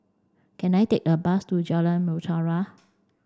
can I take a bus to Jalan Mutiara